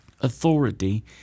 Authority